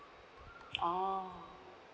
orh